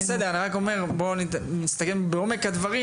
בואי נסתכל בעומק הדברים.